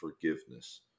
forgiveness